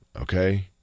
okay